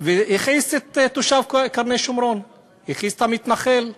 והכעיס את תושב קרני-שומרון, הכעיס את המתנחל,